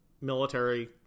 military